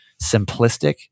simplistic